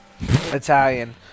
Italian